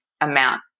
amount